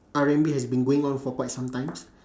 R and B has been going on for quite some times